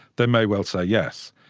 they may well say yes.